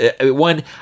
One